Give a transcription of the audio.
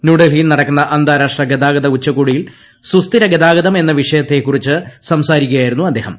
ന്യൂഡൽഹിയിൽ നടക്കുന്ന അന്താരാഷ്ട്ര ഗതാഗത ഉച്ചകോടിയിൽ സുസ്ഥിര ഗതാഗതം എന്ന വിഷയത്തെ കുറിച്ച് സംസാരിക്കുകയായിരുന്നു അദ്ദേഹം